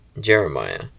Jeremiah